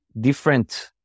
different